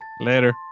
Later